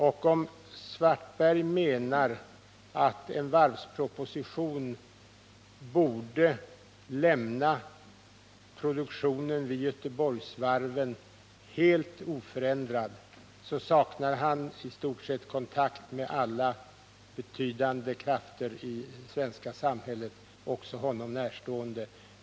Om herr Svartberg menar att en varvsproposition borde lämna produktionen vid Göteborgsvarven helt oförändrad, så saknar han i stort sett kontakt med alla betydande krafter i det svenska samhället, också honom närstående krafter.